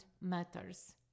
matters